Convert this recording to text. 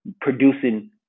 producing